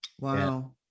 Wow